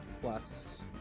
plus